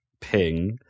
ping